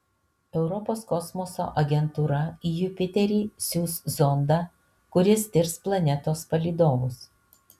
europos kosmoso agentūra į jupiterį siųs zondą kuris tirs planetos palydovus